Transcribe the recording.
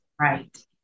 Right